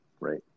right